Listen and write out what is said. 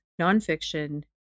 nonfiction